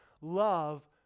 love